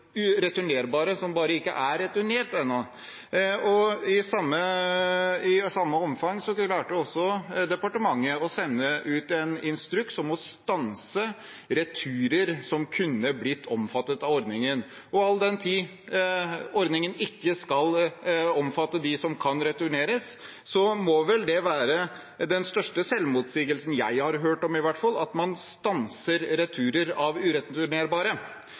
som bare ikke er returnert ennå. I samme omfang klarte departementet også å sende ut en instruks om å stanse returer som kunne ha blitt omfattet av ordningen. All den tid ordningen ikke skal omfatte dem som kan returneres, må vel det være den største selvmotsigelsen iallfall jeg har hørt om: at man stanser returer av ureturnerbare.